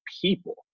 people